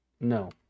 No